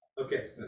Okay